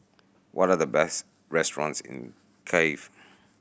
what are the best restaurants in Kiev